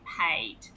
paid